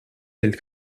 del